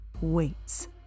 waits